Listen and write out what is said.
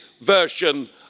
version